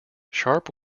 sharp